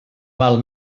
mal